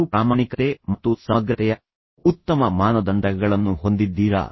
ನೀವು ಪ್ರಾಮಾಣಿಕತೆ ಮತ್ತು ಸಮಗ್ರತೆಯ ಉತ್ತಮ ಮಾನದಂಡಗಳನ್ನು ಹೊಂದಿದ್ದೀರಾ